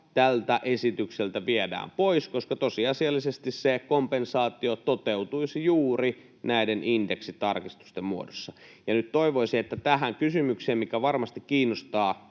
tältä esitykseltä viedään pois, koska tosiasiallisesti se kompensaatio toteutuisi juuri näiden indeksitarkistusten muodossa. Nyt toivoisin, että saataisiin vastaus tähän kysymykseen, mikä varmasti kiinnostaa